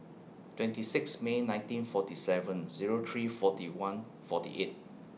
twenty six May nineteen forty seven Zero three forty one forty eight